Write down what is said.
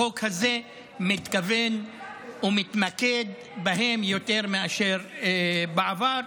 החוק הזה מתכוון ומתמקד בהם יותר מאשר בעבר.